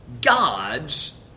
gods